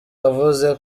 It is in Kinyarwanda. avuze